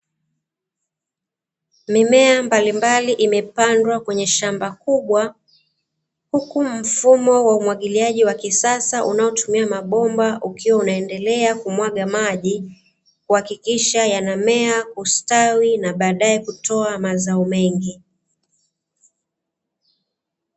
Mimea mbalimbali imepandwa kwenye shamba kubwa huku mfumo wa umwagiliaji wa kisasa unaotumia mabomba ukiwa unendelea kumwaga maji kuhakikisha yanamea, kustawi na baadae kutoa mazao mengi.